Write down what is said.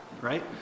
right